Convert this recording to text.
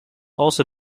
also